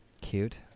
Cute